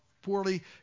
Poorly